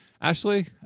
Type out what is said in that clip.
Ashley